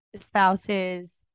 spouse's